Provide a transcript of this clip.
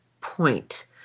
point